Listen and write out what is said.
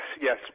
yes